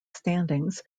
standings